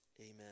amen